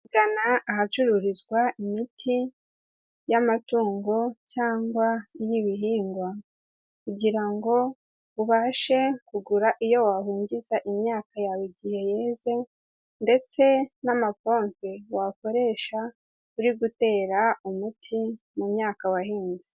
Gana ahacururizwa imiti y'amatungo cyangwa iy'ibihingwa kugira ngo ubashe kugura iyo wahungiza imyaka yawe igihe yeze ndetse n'amapompe wakoresha uri gutera umuti mu myaka wahinze.